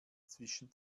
zwischen